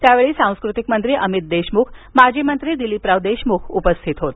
यावेळी सांस्कृतिक मंत्री अमित देशमुख माजी मंत्री दिलीपराव देशमुख उपस्थित होते